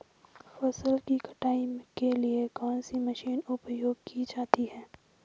फसल की कटाई के लिए कौन सी मशीन उपयोग की जाती है?